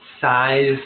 size